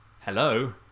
Hello